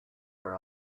their